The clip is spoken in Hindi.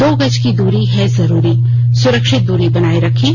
दो गज की दूरी है जरूरी सुरक्षित दूरी बनाए रखें